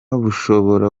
bushobora